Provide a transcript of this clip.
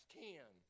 ten